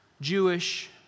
Jewish